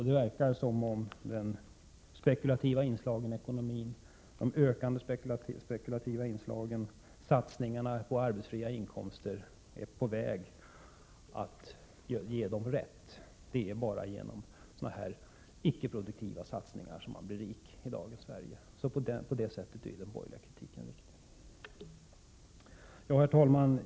Det verkar också som om de ökande spekulativa inslagen i ekonomin, satsningarna på arbetsfria inkomster, är på väg att ge dem rätt, dvs. att det bara är genom icke-produktiva satsningar som man kan bli rik i dagens Sverige. I den meningen är alltså den borgerliga kritiken riktig. Herr talman!